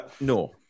no